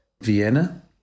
Vienna